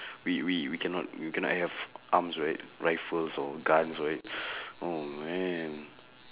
we we cannot we cannot have arms right rifles or guns right oh man